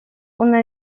una